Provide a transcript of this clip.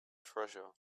treasure